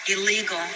illegal